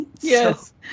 Yes